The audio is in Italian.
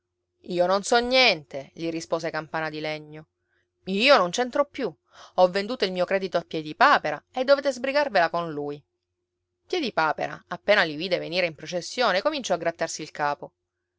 io non so niente gli rispose campana di legno io non c'entro più ho venduto il mio credito a piedipapera e dovete sbrigarvela con lui piedipapera appena li vide venire in processione cominciò a grattarsi il capo